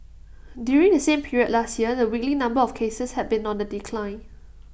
during the same period last year the weekly number of cases had been on the decline